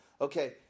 Okay